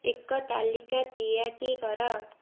ଏକ ତାଲିକା ତିଆକି କର